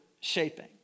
shaping